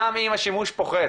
גם אם השימוש פוחת